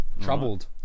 Troubled